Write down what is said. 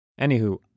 Anywho